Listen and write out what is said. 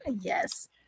Yes